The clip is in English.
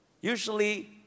Usually